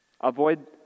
Avoid